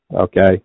okay